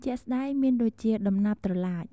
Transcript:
ជាក់់ស្តែងមានដូចជាដំណាប់ត្រឡាច។